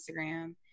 Instagram